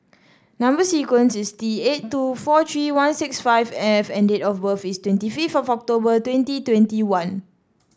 number sequence is T eight two four three one six five F and date of birth is twenty fifth of October twenty twenty one